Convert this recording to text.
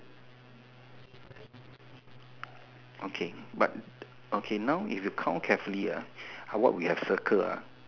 okay but okay now if you count carefully ah what we have circle ah